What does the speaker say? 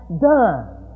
done